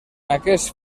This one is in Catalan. aquest